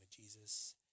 Jesus